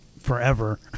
forever